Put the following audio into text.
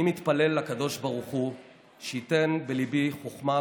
אני מתפלל לקדוש ברוך הוא שייתן בליבי חוכמה,